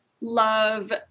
love